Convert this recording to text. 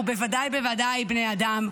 ובוודאי בוודאי בבני אדם.